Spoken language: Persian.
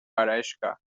آرایشگاه